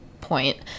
point